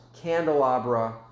candelabra